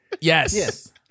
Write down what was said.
yes